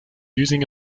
using